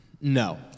No